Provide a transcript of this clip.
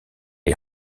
est